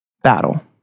Battle